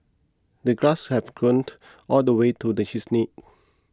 the grass had grown all the way to the his knees